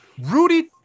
Rudy